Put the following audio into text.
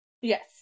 Yes